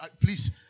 Please